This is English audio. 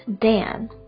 Dan